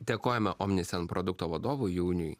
dėkojame omnisend produkto vadovui jauniui